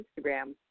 Instagram